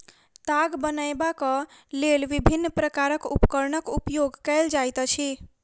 ताग बनयबाक लेल विभिन्न प्रकारक उपकरणक उपयोग कयल जाइत अछि